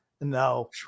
No